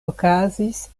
okazis